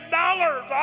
dollars